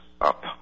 up